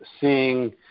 seeing